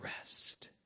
rest